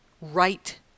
right